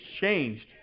changed